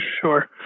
Sure